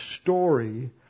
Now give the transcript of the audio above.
story